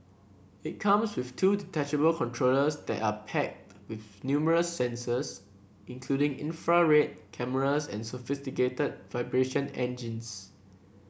it comes with two detachable controllers that are packed with numerous sensors including infrared cameras and sophisticated vibration engines